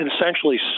essentially